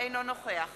אינו נוכח